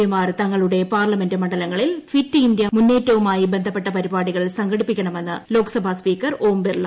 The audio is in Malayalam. പി മാർ തങ്ങളുടെക്ട്രപ്പാർലമെന്റ് മണ്ഡലങ്ങളിൽ ഫിറ്റ് ഇന്ത്യ മുന്നേറ്റവുമായി ബന്ധപ്പെട്ടി പ്രത്പാടികൾ സംഘടിപ്പിക്കണമെന്ന് ലോക്സഭാ സ്പീക്കർ ഓം ബ്ലീർള